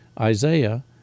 Isaiah